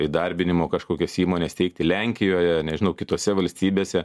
įdarbinimo kažkokias įmones steigti lenkijoje nežinau kitose valstybėse